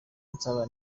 nsaba